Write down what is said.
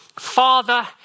Father